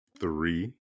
three